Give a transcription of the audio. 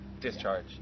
discharge